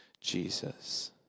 Jesus